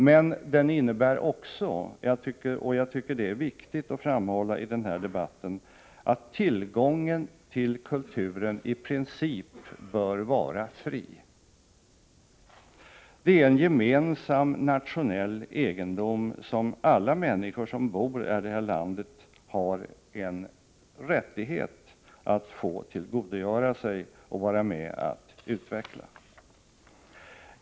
Men den innebär också — och jag tycker att det är viktigt att framhålla det i den här debatten — att tillgången till kulturen i princip bör vara fri. Det är en gemensam nationell egendom som alla människor som bor i det här landet har en rättighet att få tillgodogöra sig och vara med att utveckla.